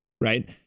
right